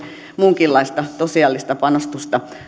muunkinlaista tosiasiallista panostusta